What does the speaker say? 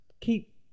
keep